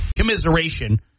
commiseration